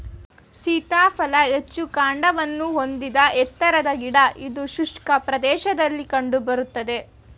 ಸೀತಾಫಲ ಹೆಚ್ಚು ಕಾಂಡವನ್ನು ಹೊಂದಿದ ಎತ್ತರದ ಗಿಡ ಇದು ಶುಷ್ಕ ಪ್ರದೇಶದಲ್ಲಿ ಕಂಡು ಬರ್ತದೆ